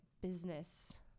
business